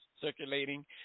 circulating